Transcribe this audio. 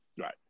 Right